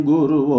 Guru